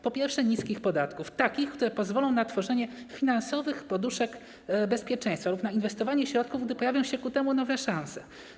Po pierwsze, niskich podatków, które pozwolą na tworzenie finansowych poduszek bezpieczeństwa lub na inwestowanie środków, gdy pojawią się ku temu nowe szanse.